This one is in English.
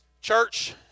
Church